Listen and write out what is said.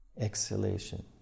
exhalation